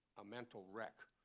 a mental wreck.